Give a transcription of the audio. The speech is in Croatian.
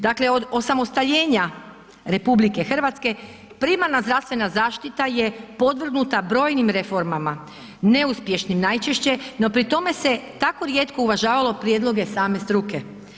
Dakle od osamostaljenja RH primarna zdravstvena zaštita je podvrgnuta brojnim reformama, neuspješnim najčešće no pri tome se tako rijetko uvažavalo prijedloge same struke.